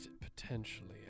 Potentially